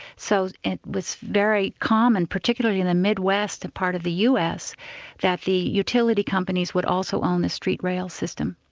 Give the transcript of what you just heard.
so it was very common, particularly in the mid-west, a part of the us that the utility companies would also own the street rail system.